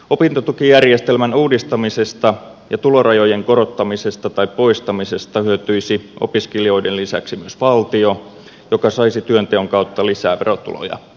opintotukijärjestelmän uudistamisesta ja tulorajojen korottamisesta tai poistamisesta hyötyisi opiskelijoiden lisäksi myös valtio joka saisi työnteon kautta lisää verotuloja kassaansa